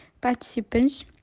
participants